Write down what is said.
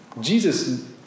Jesus